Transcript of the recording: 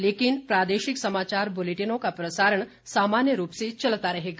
लेकिन प्रादेशिक समाचार बुलेटिनों का प्रसारण सामान्य रूप से चलता रहेगा